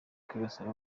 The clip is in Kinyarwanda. kwibasira